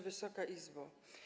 Wysoka Izbo!